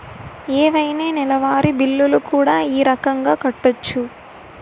ఏవైనా నెలవారి బిల్లులు కూడా ఈ రకంగా కట్టొచ్చు